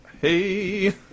Hey